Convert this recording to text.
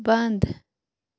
بنٛد